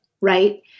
right